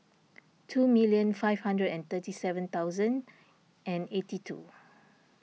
two minute five hundred and thirty seven thousand and eighty two